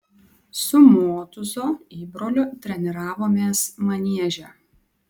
su motūzo įbroliu treniravomės manieže